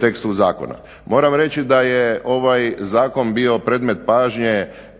tekstu zakona. Moram reći da je ovaj zakon bio predmet pažnje